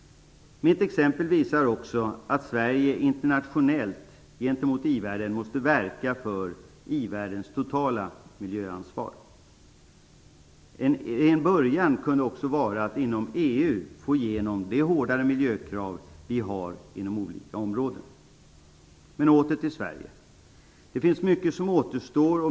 Mitt exempel visar också att Sverige internationellt måste verka för att i-världen tar ett totalt miljöansvar. En början kunde vara att inom EU få igenom de hårdare miljökrav vi har på olika områden. Åter till Sverige. Det finns mycket som återstår.